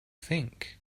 think